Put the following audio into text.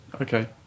Okay